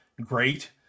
great